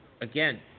again